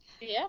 yes